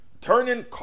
Turning